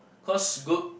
cause good